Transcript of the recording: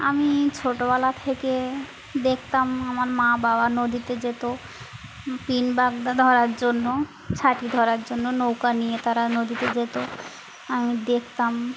আমি ছোটোবেলা থেকে দেখতাম আমার মা বাবা নদীতে যেত পিন বাগদা ধরার জন্য ছাতা ধরার জন্য নৌকা নিয়ে তারা নদীতে যেত আমি দেখতাম